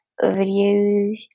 videos